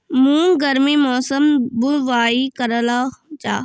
मूंग गर्मी मौसम बुवाई करलो जा?